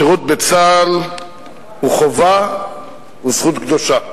השירות בצה"ל הוא חובה וזכות קדושה.